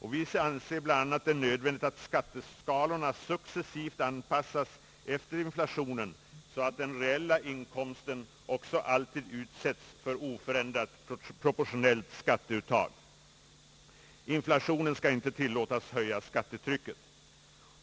Vi anser bl.a. nödvändigt att skatteskalorna successivt anpassas efter inflationen, så att den reella inkomsten också alltid utsätts för oförändrat proportioneillt skatteuttag. Inflationen skall inte tillåtas höja skattetrycket.